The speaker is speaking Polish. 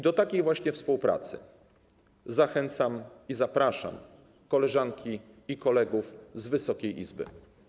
Do takiej właśnie współpracy zachęcam i zapraszam koleżanki i kolegów z Wysokiej Izby.